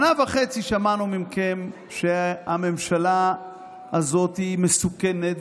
שנה וחצי שמענו מכם שהממשלה הזאת מסוכנת,